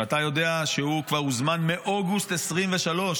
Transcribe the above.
שאתה יודע שהוא כבר הוזמן באוגוסט 2023,